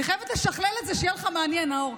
אני חייבת לשכלל את זה, שיהיה לך מעניין, נאור.